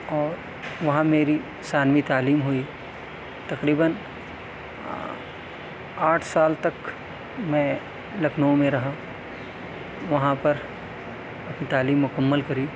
اور وہاں میری ثانوی تعلیم ہوئی تقریباً آٹھ سال تک میں لکھنؤ میں رہا وہاں پر اپنی تعلیم مکمل کری